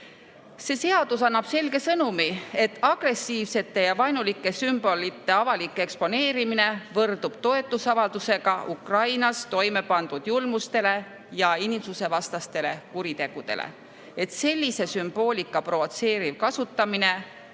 See seadus annab selge sõnumi, et agressiivsete ja vaenulike sümbolite avalik eksponeerimine võrdub toetusavaldusega Ukrainas toime pandud julmustele ja inimsusvastastele kuritegudele ja sellise sümboolika provotseeriv kasutamine